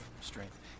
strength